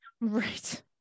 Right